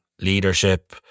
leadership